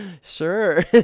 Sure